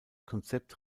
konzept